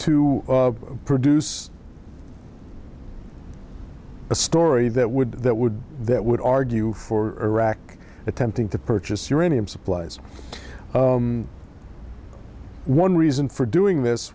to produce a story that would that would that would argue for iraq attempting to purchase uranium supplies one reason for doing this